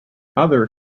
other